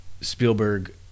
Spielberg